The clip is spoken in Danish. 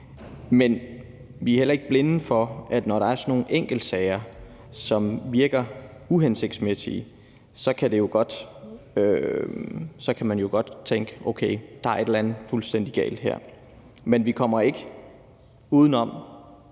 Men vi er heller ikke blinde for, at når der er sådan nogle enkeltsager, som virker uhensigtsmæssige, så kan man jo godt tænke, at der er et eller andet fuldstændig galt her. Men vi kommer ikke uden